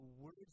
words